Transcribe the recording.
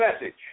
message